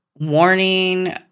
warning